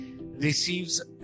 receives